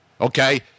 Okay